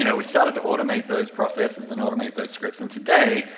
you know we started to automate those processes and automate those scripts and today,